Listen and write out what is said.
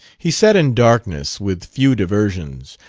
he sat in darkness, with few diversions,